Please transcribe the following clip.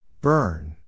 Burn